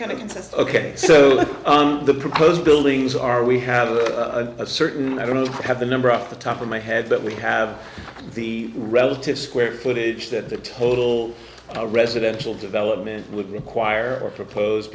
kind of contest ok so the proposed buildings are we have a i don't have the number off the top of my head but we have the relative square footage that the total a residential development would require or propose